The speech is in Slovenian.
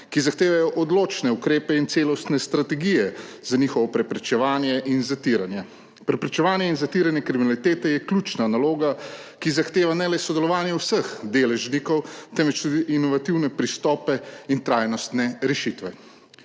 ki zahtevajo odločne ukrepe in celostne strategije za njihovo preprečevanje in zatiranje. Preprečevanje in zatiranje kriminalitete je ključna naloga, ki ne zahteva le sodelovanja vseh deležnikov, temveč tudi inovativne pristope in trajnostne rešitve.